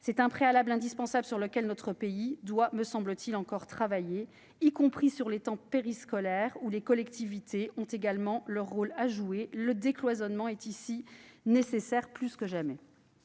C'est un préalable indispensable sur lequel notre pays doit, me semble-t-il, encore travailler, y compris sur les temps périscolaires où les collectivités ont un rôle à jouer. Le décloisonnement est plus que jamais